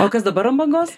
o kas dabar ant bangos